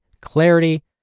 clarity